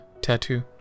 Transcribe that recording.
tattoo